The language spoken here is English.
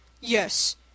Yes